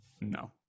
No